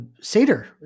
Seder